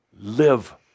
Live